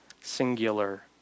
singular